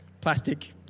plastic